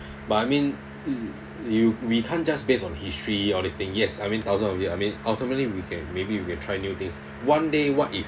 but I mean you we can't just based on history all these things yes I mean thousand of year I mean ultimately we can maybe we can try new things one day what if